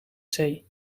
zee